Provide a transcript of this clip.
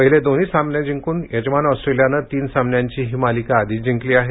पहिले दोन्ही सामने जिंकून यजमान ऑस्ट्रेलियानं तीन सामन्यांची ही मालिका आधीच जिंकली आहे